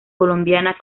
colombiana